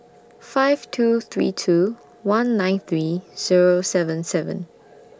five two three two one nine three Zero seven seven